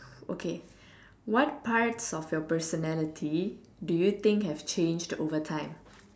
okay what parts of your personality do you think have changed over time